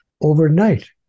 overnight